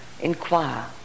inquire